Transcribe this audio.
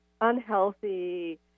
unhealthy